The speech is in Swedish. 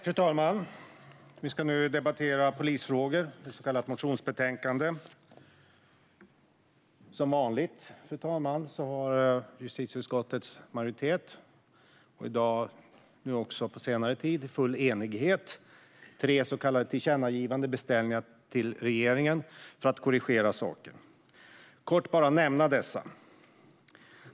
Fru talman! Vi ska nu debattera polisfrågor, ett så kallat motionsbetänkande. Som vanligt har justitieutskottets majoritet i full enighet föreslagit tre tillkännagivanden, beställningar till regeringen, för att korrigera saker. Jag ska kort nämna dessa.